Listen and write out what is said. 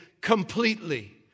completely